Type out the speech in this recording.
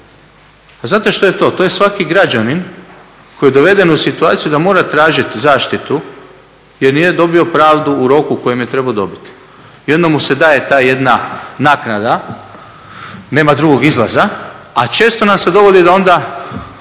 A znate što je to? To je svaki građanin koji je doveden u situaciju da mora tražiti zaštitu jer nije dobio pravdu u roku u kojem je trebao dobiti i onda mu se daje ta jedna naknada, nema drugog izlaza. A često nam se dogodi da onda